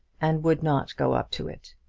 and would not go up to it.